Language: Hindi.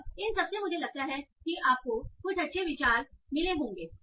और इन सबसे मुझे लगता है कि आपको कुछ अच्छे विचार मिले होंगे